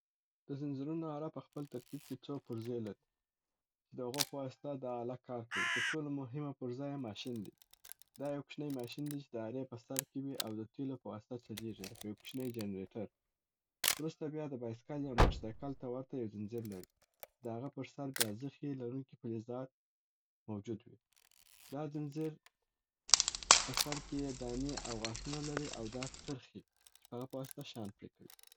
د زنځیرونو اره په خپل ترکیب کې څو پرزې لري چې د هغو په واسطه دا آله کار کوي. تر ټولو مهمه پرزه یې ماشین دی. دا یو کوچنی ماشین دی چې د ارې په سر کې وي او د تیلو په واسطه چلیږي، لکه یو کوچنۍ چنریټر. وروسته بیا د بایسکل یا موټر سایکل ته ورته یو ځنځیر لري د هغه پر سر بیا زخي لرونکي فلزات مجود وي. دا ځنځیر په سر کې یې دانې اوغاښونه لري او دا څرخي چې د هغه په واسطه شیان پرې کوي.